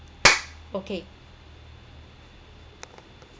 okay